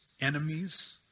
enemies